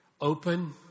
open